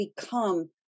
become